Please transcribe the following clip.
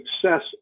success